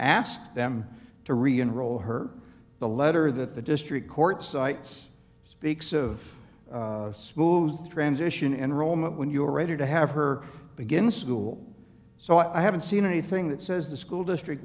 ask them to reenroll her the letter that the district court cites speaks of smooth transition enrollment when you are ready to have her begins google so i haven't seen anything that says the school district